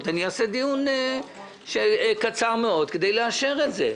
על מנת לקיים דיון קצר מאוד ולאשר את זה,